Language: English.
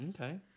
Okay